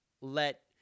let